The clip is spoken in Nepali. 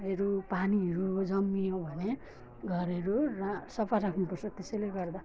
हेरौँ पानीहरू जम्यो भने घरहरू र सफा राख्नु पर्छ त्यसैले गर्दा